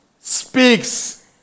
speaks